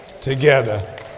together